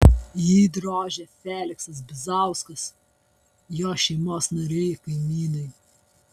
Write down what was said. jį drožė feliksas bizauskas jo šeimos nariai kaimynai